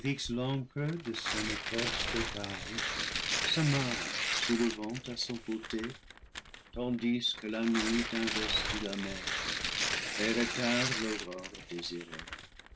de son écorce d'écaillé s'amarre sousle venta son côté tandis que la nuit investit la mer et retarde l'aurore désirée